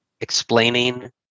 explaining